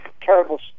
terrible